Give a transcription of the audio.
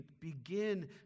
begin